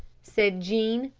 said jean.